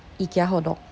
ikea hotdog